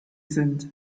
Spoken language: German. sind